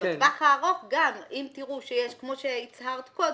לטווח הארוך, אם תראו שיש כמו שהצהרת קודם,